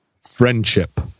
friendship